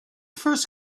first